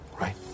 right